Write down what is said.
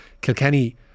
kilkenny